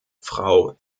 frau